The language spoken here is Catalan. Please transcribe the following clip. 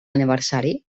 aniversari